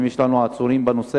האם יש לנו עצורים בנושא,